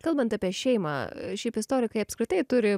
kalbant apie šeimą šiaip istorikai apskritai turi